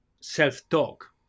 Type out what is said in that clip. self-talk